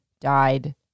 died